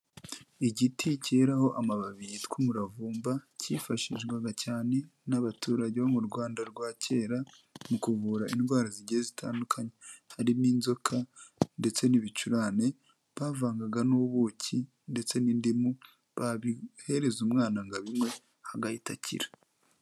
Igiti cyeraho amababi yitwa umuravumba cyifashishwaga cyane n'abaturage bo mu Rwanda rwa kera mu kuvura indwara zigiye zitandukanye, harimo inzoka ndetse n'ibicurane bavangaga n'ubuki ndetse n'indimu, babihereza umwana ngo abinywe agahita akira.